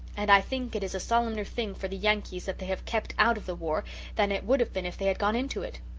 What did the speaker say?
and i think it is a solemner thing for the yankees that they have kept out of the war than it would have been if they had gone into it.